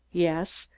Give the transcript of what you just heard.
yes.